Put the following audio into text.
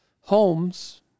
homes